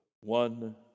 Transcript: one